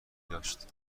داشت